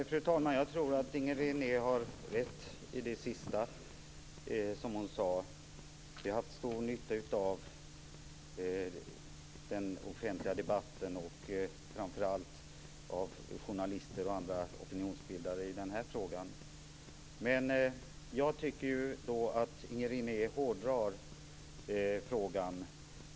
Fru talman! Jag tror att Inger René har rätt i det sista som hon sade. Vi har haft stor nytta av den offentliga debatten och framför allt av journalister och andra opinionsbildare i den här frågan. Men jag tycker att Inger René hårdrar frågan.